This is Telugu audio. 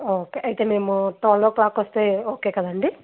ఓకే అయితే మేము ట్వెల్వ్ ఓ క్లాక్కి వస్తే ఓకే కదండి